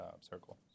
circle